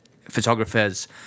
photographers